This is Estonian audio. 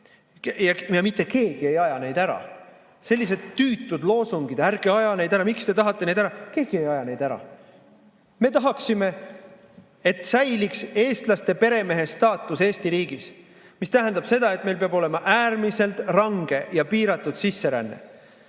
Ja mitte keegi ei aja neid ära. Sellised tüütud loosungid, et ärge ajage neid ära, miks te tahate neid ära ajada – keegi ei aja neid ära. Me tahaksime, et säiliks eestlaste peremehestaatus Eesti riigis, mis tähendab seda, et meil peab olema äärmiselt range ja piiratud sisseränne.